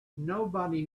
nobody